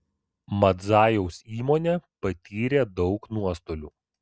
madzajaus įmonė patyrė daug nuostolių